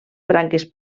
branques